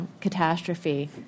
catastrophe